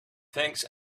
thanks